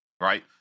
right